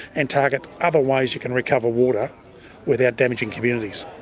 and target other ways you can recover water without damaging communities.